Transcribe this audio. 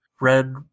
red